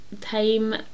time